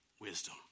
wisdom